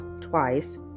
twice